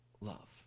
love